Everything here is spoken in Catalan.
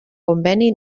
conveni